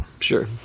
Sure